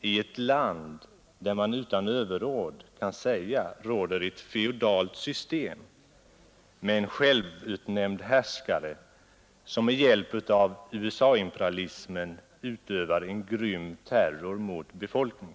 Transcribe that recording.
i ett land, där man utan överord kan säga att det råder ett feodalt system med en självutnämnd härskare som med hjälp av USA-imperalismen utövar en grym terror mot befolkningen.